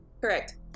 Correct